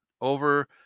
over